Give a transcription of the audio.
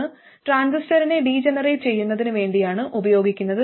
ഇത് ട്രാൻസിസ്റ്ററിനെ ഡിജെനറേറ്റ് ചെയ്യുന്നതിന് വേണ്ടിയാണ് ഉപയോഗിക്കുന്നത്